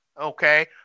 okay